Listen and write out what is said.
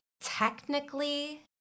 technically